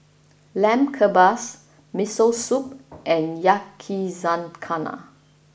Lamb Kebabs Miso Soup and Yakizakana